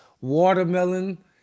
watermelon